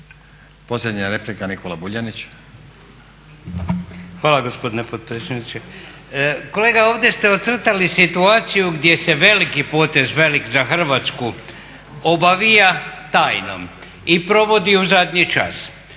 **Vuljanić, Nikola (Nezavisni)** Hvala gospodine potpredsjedniče. Kolega ovdje ste ocrtali situaciju gdje se veliki potez, velik za Hrvatsku, obavija tajnom i provodi u zadnji čas.